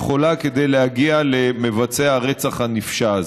יכולה כדי להגיע למבצע הרצח הנפשע הזה.